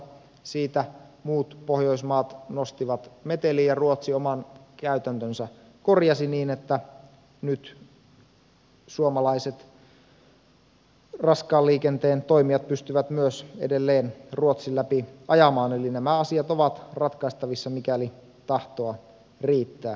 siitä muut pohjoismaat nostivat metelin ja ruotsi oman käytäntönsä korjasi niin että nyt suomalaiset raskaan liikenteen toimijat pystyvät edelleen myös ruotsin läpi ajamaan eli nämä asiat ovat ratkaistavissa mikäli tahtoa riittää